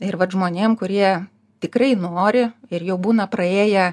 ir vat žmonėm kurie tikrai nori ir jau būna praėję